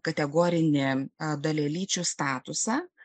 kategorinį dalelyčių statusą